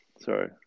sorry